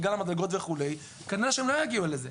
בגלל המדרגות וכולי כנראה שהם לא יגיעו לזה.